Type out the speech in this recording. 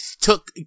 took